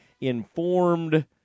informed